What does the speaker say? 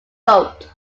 vote